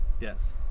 yes